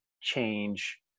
change